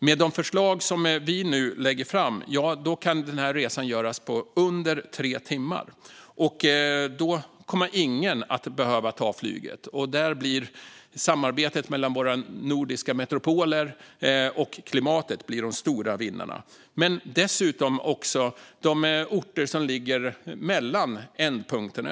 Med de förslag vi nu lägger fram kan den här resan göras på under tre timmar, och då kommer ingen att behöva ta flyget. Här är det samarbetet mellan våra nordiska metropoler och klimatet som blir de stora vinnarna - och dessutom de orter som ligger mellan ändpunkterna.